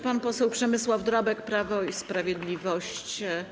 Pan poseł Przemysław Drabek, Prawo i Sprawiedliwość.